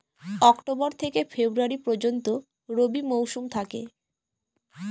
October থেকে February পর্যন্ত রবি মৌসুম থাকে